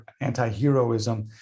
anti-heroism